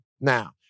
now